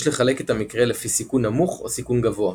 יש לחלק את המקרה לפי סיכון נמוך או סיכון גבוה.